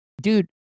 Dude